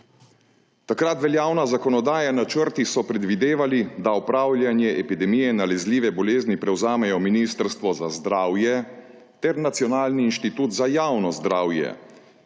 Takrat veljavna zakonodaja in načrti so predvidevali, da upravljanje epidemije nalezljive bolezni prevzamejo Ministrstvo za zdravje ter Nacionalni inštitut za javno zdravje,